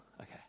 okay